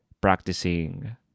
practicing